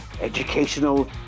educational